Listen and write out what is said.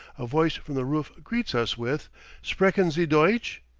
a voice from the roof greets us with sprechen sie deutsch.